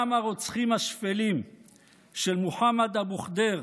גם הרוצחים השפלים של מוחמד אבו ח'דיר